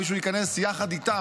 שמישהו ייכנס יחד איתם,